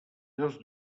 dos